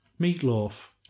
Meatloaf